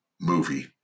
movie